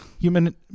human